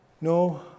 no